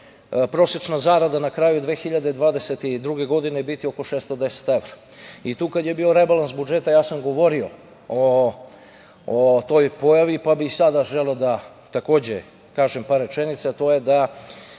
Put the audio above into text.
prosečna zarada na kraju 2022. godine biti oko 610 evra i kada je bio rebalans budžeta ja sam govorio o toj pojavi pa bih sada želeo da takođe kažem par rečenica, a to je da